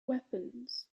weapons